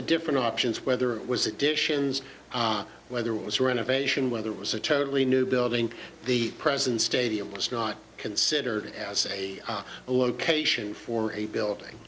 the different options whether it was additions whether it was renovation whether it was a totally new building the present stadium was not considered as a location for a building